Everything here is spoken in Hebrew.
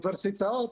לאוניברסיטאות,